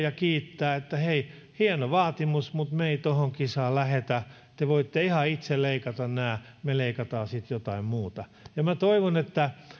ja kiittää että hei hieno vaatimus mutta me ei tuohon kisaan lähdetä te te voitte ihan itse leikata nämä me leikataan sitten jotain muuta minä toivon että